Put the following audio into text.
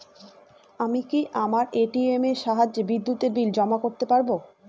আমি কি আমার এ.টি.এম এর সাহায্যে বিদ্যুতের বিল জমা করতে পারব?